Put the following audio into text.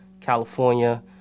California